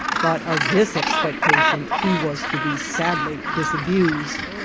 but of this expectation he was to be sadly disabused.